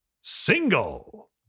SINGLE